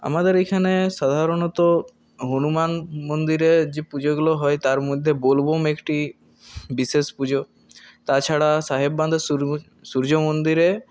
আমাদের এইখানে সাধারণত হনুমান মন্দিরে যে পুজোগুলো হয় তার মধ্যে বোলবুম একটি বিশেষ পুজো তাছাড়া সাহেব বাঁধের সূর্যমন্দিরে